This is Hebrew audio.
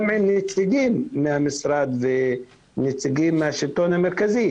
גם עם נציגים מהמשרד ומהשלטון המרכזי,